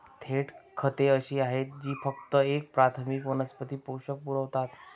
थेट खते अशी आहेत जी फक्त एक प्राथमिक वनस्पती पोषक पुरवतात